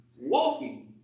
Walking